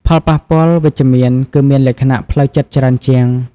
ផលប៉ះពាល់វិជ្ជមាន គឺមានលក្ខណៈផ្លូវចិត្តច្រើនជាង។